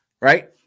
Right